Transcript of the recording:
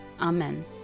Amen